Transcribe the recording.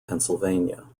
pennsylvania